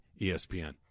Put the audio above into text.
ESPN